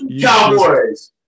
Cowboys